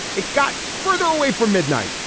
it got further away from midnight.